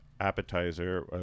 appetizer